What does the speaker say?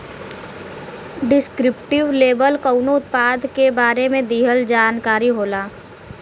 descriptive label कउनो उत्पाद के बारे में दिहल जानकारी होला